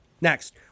Next